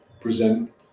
present